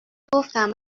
گفتم